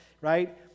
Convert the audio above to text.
right